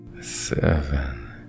Seven